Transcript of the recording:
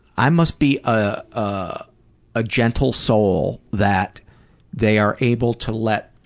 i must be a ah ah gentle soul that they are able to let